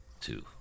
two